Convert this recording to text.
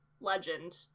legend